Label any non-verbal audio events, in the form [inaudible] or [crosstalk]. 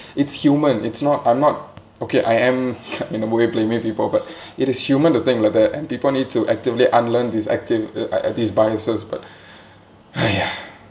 it's human it's not I'm not okay I am [laughs] in a way blaming people but it is human to think like that and people need to actively unlearn these active uh uh these biases but !haiya!